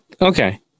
Okay